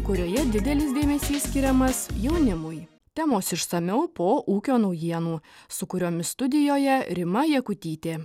kurioje didelis dėmesys skiriamas jaunimui temos išsamiau po ūkio naujienų su kuriomis studijoje rima jakutytė